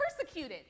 persecuted